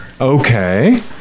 Okay